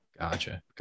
Gotcha